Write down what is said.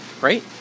Right